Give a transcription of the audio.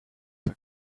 for